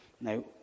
Now